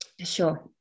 Sure